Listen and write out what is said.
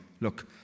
Look